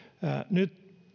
nyt